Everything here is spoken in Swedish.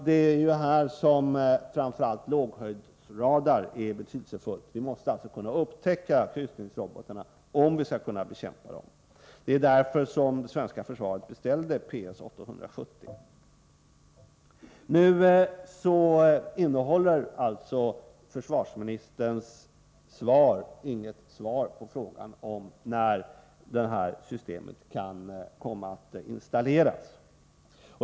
Det är här som framför allt låghöjdsradar är så betydelsefull. Vi måste kunna upptäcka kryssningsrobotarna om vi skall kunna bekämpa dem. Det var därför som det svenska försvaret beställde PS 870. Försvarsministern svarar alltså inte på frågan när det här systemet kan komma att installeras.